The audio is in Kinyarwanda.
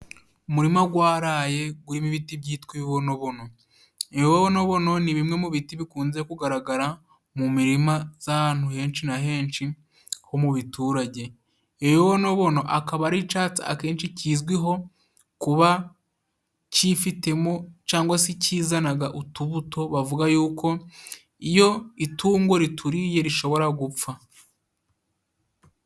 Umurima gwaraye gurimo ibiti byitwa ibibonobono. Ibibonobono ni bimwe mu biti bikunze kugaragara, mu mirima z'ahantu henshi na henshi ho mu biturage. Ibibonobono akaba ari icatsi akenshi kizwiho kuba kifitemo cangwa se kizanaga utubuto, bavuga yuko iyo itungo rituriye rishobora gupfa.